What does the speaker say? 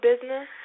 business